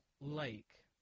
lake